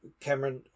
Cameron